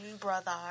brother